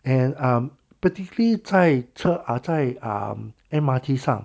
and um particularly 在车 uh 在 M_R_T 上